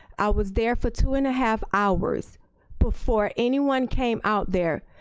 i was there for two and a half hours before anyone came out there.